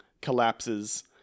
collapses